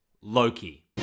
Loki